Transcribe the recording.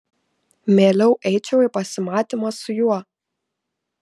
mieliau eičiau į pasimatymą su juo